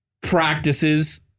practices